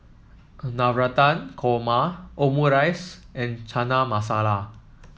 Navratan Korma Omurice and Chana Masala